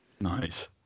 Nice